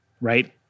right